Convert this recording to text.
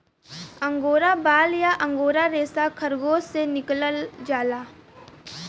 angora बाल या angora रेसा खरगोस से निकालल जाला